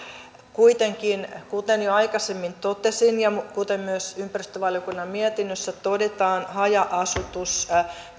kuitenkin kuten jo aikaisemmin totesin ja kuten myös ympäristövaliokunnan mietinnössä todetaan haja asutus